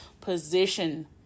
position